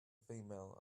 female